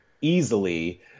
easily